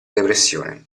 depressione